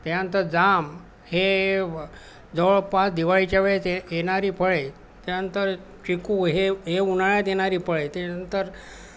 त्यानंतर जाम हे जवळपास दिवाळीच्या वेळेस येणारी फळे त्यानंतर चिकू हे हे उन्हाळ्यात येणारी फळे त्यानंतर